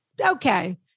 Okay